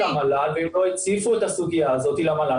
לא פנו למל"ל והם לא הציפו את הסוגיה הזאת למל"ל.